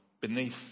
beneath